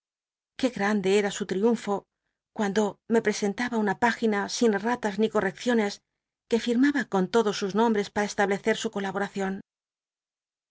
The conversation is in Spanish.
qué grande era su triunfo cuando me i ejta tas ni correcciones que firmaba con lodos sus nombres pal'il eslablecel su cola